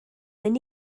mynd